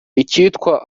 icyitwa